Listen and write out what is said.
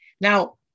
Now